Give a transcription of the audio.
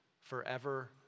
forever